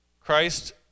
Christ